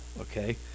okay